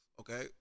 Okay